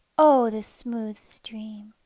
o the smooth stream!